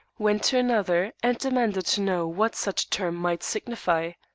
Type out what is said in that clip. went to another and demanded to know what such a term might signify.